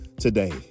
Today